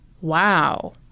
Wow